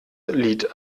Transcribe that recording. lied